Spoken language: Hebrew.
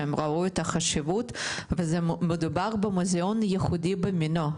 שהם ראו את החשיבות ומדובר במוזיאון ייחודי במינו.